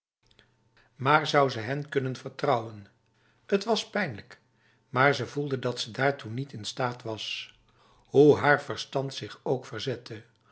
maar zou ze hen kunnen vertrouwen t was pijnlijk maar ze voelde dat ze daartoe niet in staat was hoe haar verstand zich ook verzette